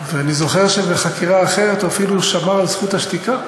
ואני זוכר שבחקירה אחרת הוא אפילו שמר על זכות השתיקה.